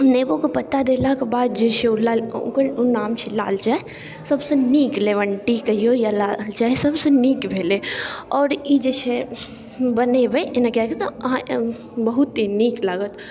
नेबोके पत्ता देलाके बाद जे छै ओ लाल ओकर नाम छै लाल चाइ सबसँ नीक लेमन टी कहिऔ या लाल चाइ सबसँ नीक भेलै आओर ई जे छै बनेबै एना कऽ तऽ अहाँके बहुत नीक लागत